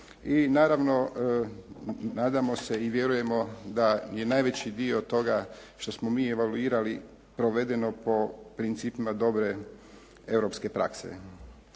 naravno, nadamo se i vjerujemo da je najveći dio toga što smo mi evaluirali provedeno po principima dobre europske prakse.